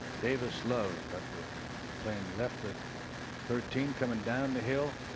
davis love after playing left at thirteen coming down the hill.